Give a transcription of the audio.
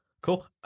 Cool